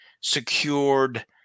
secured